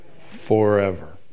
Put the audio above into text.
Forever